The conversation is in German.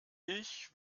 ich